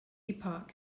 epoch